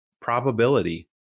probability